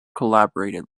collaborated